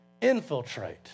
Infiltrate